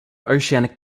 oceanic